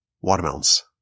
watermelons